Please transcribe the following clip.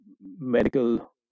medical